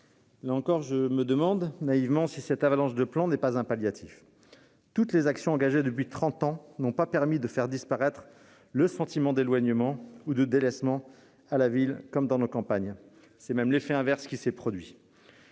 Là encore, je me demande naïvement si cette avalanche de plans n'est pas un palliatif ... Toutes les actions engagées depuis trente ans n'ont pas permis de faire disparaître le sentiment d'éloignement ou de délaissement, à la ville comme dans nos campagnes. C'est même l'effet inverse qui s'est produit